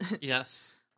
Yes